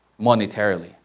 monetarily